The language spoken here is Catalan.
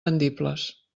vendibles